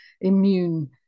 immune